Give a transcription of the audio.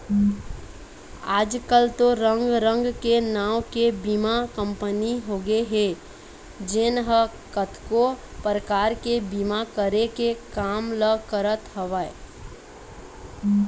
आजकल तो रंग रंग के नांव के बीमा कंपनी होगे हे जेन ह कतको परकार के बीमा करे के काम ल करत हवय